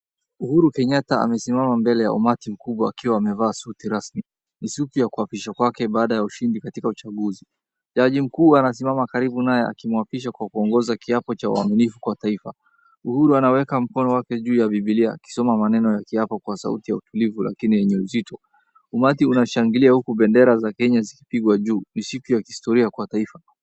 Uhuru Kenyatta amesimama mbele ya mkubwa akiwa amevaa suti rasmi, ni suti ya kuapishwa kwake baada ya ushindi katika uchaguzi. Jaji makuu anasimama karibu naye akimuapisha kwa kuongoza kiapo cha uaminifu kwa taifa. Uhuru anaweka mkono wake juu ya bibilia akisoma maneno ya kiapo Kwa sauti ya utulivu lakini yenye uzito. Umati unashangilia huku bendera za Kenya zikipigwa juu ni siku ya historia kwa taifa.